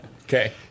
Okay